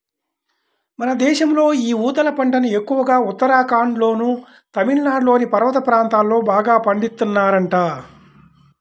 మన దేశంలో యీ ఊదల పంటను ఎక్కువగా ఉత్తరాఖండ్లోనూ, తమిళనాడులోని పర్వత ప్రాంతాల్లో బాగా పండిత్తన్నారంట